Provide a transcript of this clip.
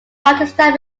pakistan